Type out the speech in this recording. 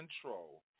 control